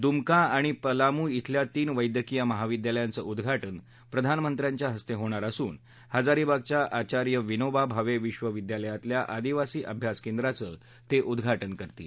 दुमका आणि पलामू अल्या तीन वैद्यकीय महाविद्यालयांचं उद्वाटन प्रधानमंत्र्यांच्या हस्ते होणार असून हजारीबागच्या आचार्य विनोबा भावे विश्वविद्यालयातल्या आदिवासी अभ्यास केंद्राचं ते उद्घाटन करतील